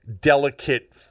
delicate